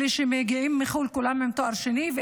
אלה שמגיעים מחו"ל, כולם עם תואר שני, לא.